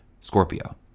scorpio